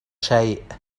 شيء